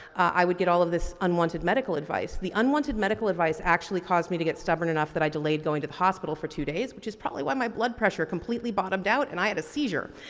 i would get all of this unwanted medical advice. the unwanted medical advice actually caused me to get stubborn enough that i delayed going to the hospital for two days which is probably why my blood pressure completely bottomed out and i had a seizure.